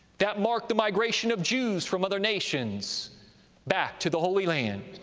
that marked the migration of jews from other nations back to the holy land.